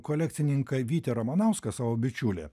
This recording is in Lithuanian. kolekcininką vytį ramanauską savo bičiulį